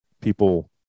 people